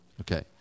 okay